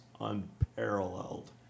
unparalleled